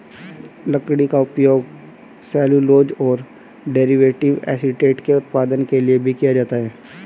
लकड़ी का उपयोग सेल्यूलोज और डेरिवेटिव एसीटेट के उत्पादन के लिए भी किया जाता है